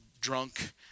drunk